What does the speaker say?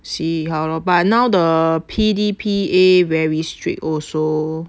see how lor but now the P_D_P_A very strict also